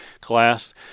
class